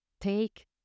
take